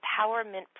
empowerment